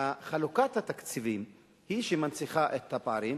חלוקת התקציבים היא שמנציחה את הפערים.